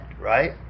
right